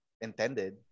intended